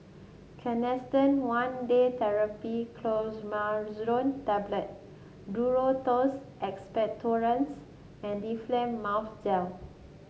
Canesten One Day Therapy Clotrimazole Tablet Duro Tuss Expectorants and Difflam Mouth Gel